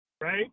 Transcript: Right